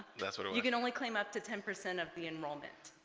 yeah sort of you can only claim up to ten percent of the enrollment